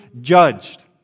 judged